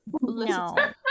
No